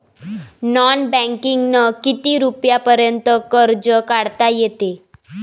Non बँकिंगनं किती रुपयापर्यंत कर्ज काढता येते?